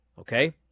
okay